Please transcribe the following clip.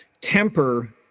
temper